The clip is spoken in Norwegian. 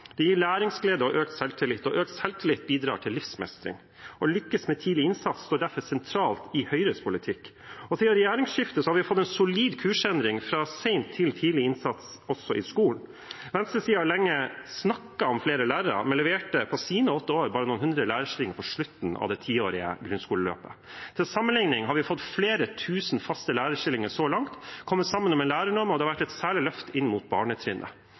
Det gir læringsglede og økt selvtillit, og økt selvtillit bidrar til livsmestring. Å lykkes med tidlig innsats står derfor sentralt i Høyres politikk. Siden regjeringsskiftet har vi fått en solid kursendring fra sen til tidlig innsats også i skolen. Venstresiden har lenge snakket om flere lærere, men leverte på sine åtte år bare noen hundre lærerstillinger på slutten av det tiårige grunnskoleløpet. Til sammenligning har vi fått flere tusen faste lærerstillinger så langt, vi har kommet sammen om en lærernorm, og det har vært et særlig løft for barnetrinnet.